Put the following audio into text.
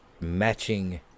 matching